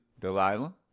Delilah